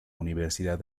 universidad